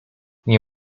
nie